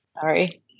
Sorry